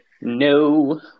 No